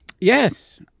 yes